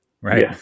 Right